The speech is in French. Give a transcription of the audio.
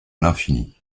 l’infini